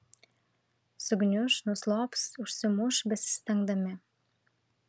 sugniuš nuslops užsimuš besistengdami